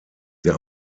der